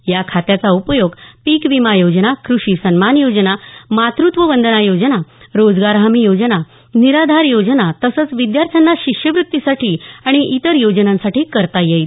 या खात्याचा उपयोग पिक विमा योजना कृषी सन्मान योजना मातृत्व वंदना योजना रोजगार हमी योजना निराधार योजना तसंच विद्यार्थ्यांना शिष्यवृतीसाठी आणि इतर योजनांसाठी करता येईल